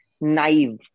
naive